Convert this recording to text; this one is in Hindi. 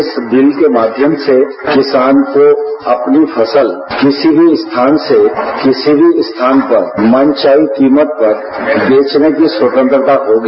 इस विल के माध्यम से किसान को अपनी फसल किसी भी स्थान से किसी भी स्थान पर मनचाही कीमत पर बेचने की स्वतंत्रता होगी